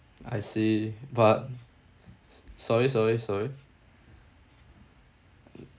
I see but sorry sorry sorry